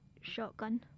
Shotgun